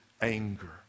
anger